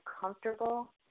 comfortable